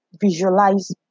visualize